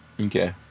Okay